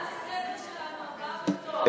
ההצעה לסדר-היום שלנו היא הבאה בתור,